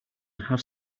have